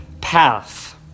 path